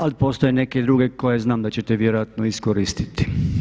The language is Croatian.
Ali postoje neke druge koje znam da ćete vjerojatno iskoristiti.